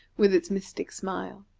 with its mystic smile.